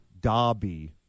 Dobby